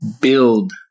build